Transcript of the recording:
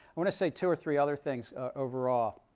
want to say two or three other things overall.